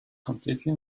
completely